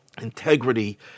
integrity